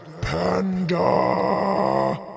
panda